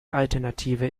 alternative